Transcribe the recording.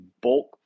bulk